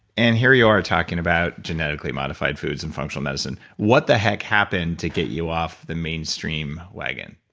and here you are talking about genetically modified foods and functional medicine what the heck happened to get you off the mainstream wagon?